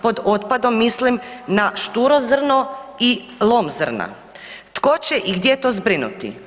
Pod otpadom mislim na šturo zrno i lom zrna, tko će i gdje to zbrinuti?